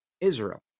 Israel